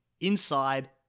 inside